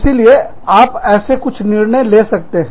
इसीलिए आप ऐसे कुछ निर्णय ले सकते हैं